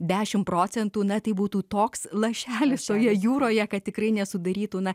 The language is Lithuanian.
dešimt procentų na tai būtų toks lašelis toje jūroje kad tikrai nesudarytų na